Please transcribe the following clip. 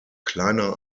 kleiner